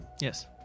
Yes